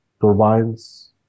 turbines